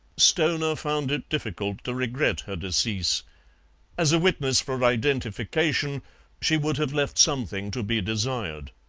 stoner found it difficult to regret her decease as a witness for identification she would have left something to be desired.